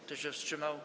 Kto się wstrzymał?